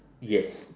yes